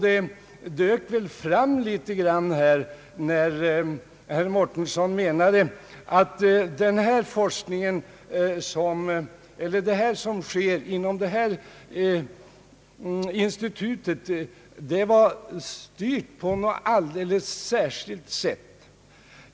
Detta skymtade när herr Mårtensson menade att vad som sker inom detta institut var styrt på ett alldeles särskilt sätt.